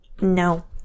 No